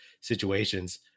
situations